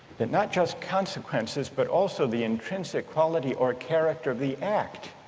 that not just consequences but also the intrinsic quality or character of the act